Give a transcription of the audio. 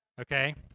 okay